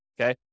okay